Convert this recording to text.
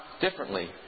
differently